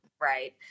right